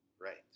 Right